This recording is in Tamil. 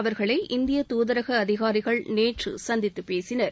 அவர்களை இந்திய தூதரக அதிகாரிகள் நேற்று சந்தித்து பேசினார்